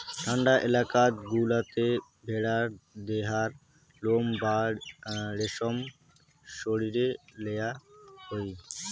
ঠান্ডা এলাকাত গুলাতে ভেড়ার দেহার লোম বা রেশম সরিয়ে লেয়া হই